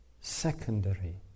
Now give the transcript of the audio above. secondary